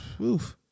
Oof